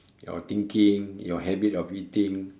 your thinking your habit of eating